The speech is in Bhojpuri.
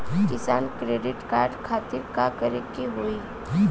किसान क्रेडिट कार्ड खातिर का करे के होई?